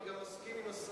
אני גם מסכים עם השר.